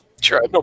Sure